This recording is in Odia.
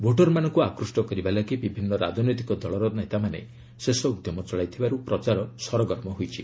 ଭୋଟର ମାନଙ୍କୁ ଆକୃଷ୍ଟ କରିବା ଲାଗି ବିଭିନ୍ନ ରାଜନୈତିକ ଦଳର ନେତାମାନେ ଶେଷ ଉଦ୍ୟମ ଚଳାଇଥିବାରୁ ପ୍ରଚାର ସରଗରମ ହୋଇଛି